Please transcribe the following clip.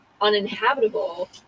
uninhabitable